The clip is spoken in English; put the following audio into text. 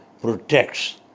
protects